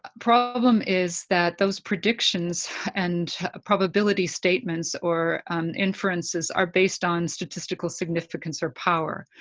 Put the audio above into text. problem is that those predictions and probability statements or inferences are based on statistical significance or power,